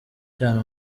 cyane